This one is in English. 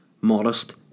Modest